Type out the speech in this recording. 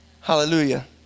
Hallelujah